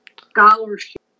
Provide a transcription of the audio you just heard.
scholarship